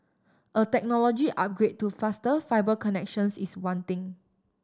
a technology upgrade to faster fibre connections is wanting